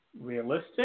Realistic